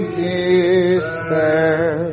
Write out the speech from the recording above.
despair